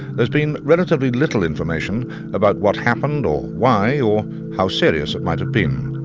there's been relatively little information about what happened or why or how serious it might have been.